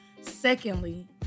Secondly